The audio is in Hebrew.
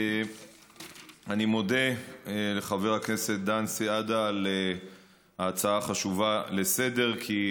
אני מודה לחבר הכנסת דן סידה על ההצעה החשובה לסדר-היום,